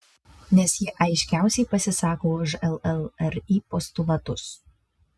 nes ji aiškiausiai pasisako už llri postulatus